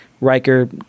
Riker